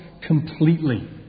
completely